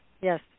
yes